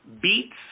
Beets